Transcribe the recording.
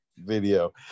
video